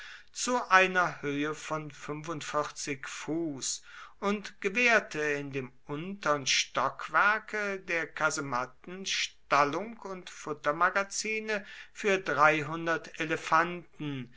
zu einer höhe von fuß und gewährte in dem untern stockwerke der kasematten stallung und futtermagazine für elefanten